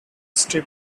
strip